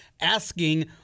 asking